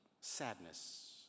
sadness